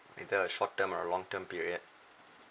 whether short term or long term period